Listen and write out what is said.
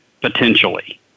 potentially